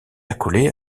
accolée